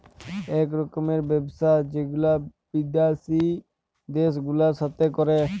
ইক রকমের ব্যবসা যেগুলা বিদ্যাসি দ্যাশ গুলার সাথে ক্যরে